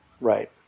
Right